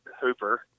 Hooper